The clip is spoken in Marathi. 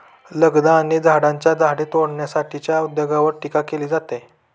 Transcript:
लगदा आणि कागदाच्या झाडे तोडण्याच्या उद्योगावर टीका केली जाते